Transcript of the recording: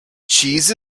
cheese